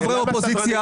חברי האופוזיציה,